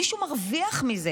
מישהו מרוויח מזה